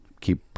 Keep